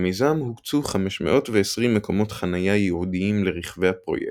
למיזם הוקצו 520 מקומות חניה ייעודיים לרכבי הפרויקט,